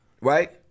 right